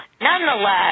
Nonetheless